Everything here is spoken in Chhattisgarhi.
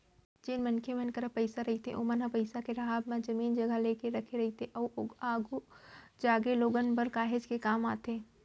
जेन मनखे मन करा पइसा रहिथे ओमन ह पइसा के राहब म जमीन जघा लेके रखे रहिथे ओहा आघु जागे लोगन बर काहेच के काम आथे